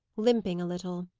limping a little.